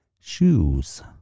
shoes